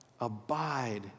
Abide